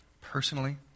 personally